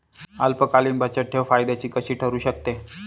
अल्पकालीन बचतठेव फायद्याची कशी ठरु शकते?